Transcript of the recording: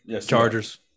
Chargers